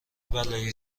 بلایی